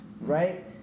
right